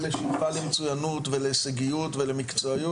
לחנך למצוינות ולהישגיות ולמקצועיות,